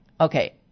Okay